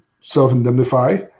self-indemnify